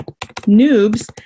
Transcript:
noobs